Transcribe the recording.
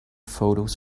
photos